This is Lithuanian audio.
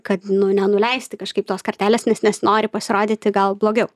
kad nenuleisti kažkaip tos kartelės nes nesinori pasirodyti gal blogiau